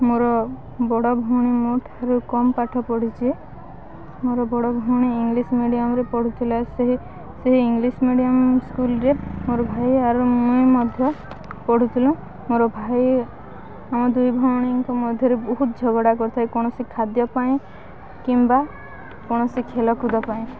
ମୋର ବଡ଼ ଭଉଣୀ ମୋ ଠାରୁ କମ୍ ପାଠ ପଢ଼ିଛି ମୋର ବଡ଼ ଭଉଣୀ ଇଂଗ୍ଲିଶ୍ ମିଡ଼ିୟମ୍ରେ ପଢ଼ୁଥିଲା ସେହି ସେହି ଇଂଗ୍ଲିଶ୍ ମିଡ଼ିୟମ୍ ସ୍କୁଲ୍ରେ ମୋର ଭାଇ ଆର ମୁଁ ମଧ୍ୟ ପଢ଼ୁଥିଲୁ ମୋର ଭାଇ ଆମ ଦୁଇ ଭଉଣୀଙ୍କ ମଧ୍ୟରେ ବହୁତ ଝଗଡ଼ା କରିଥାଏ କୌଣସି ଖାଦ୍ୟ ପାଇଁ କିମ୍ବା କୌଣସି ଖେଳକୁଦ ପାଇଁ